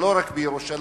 ולא רק בירושלים,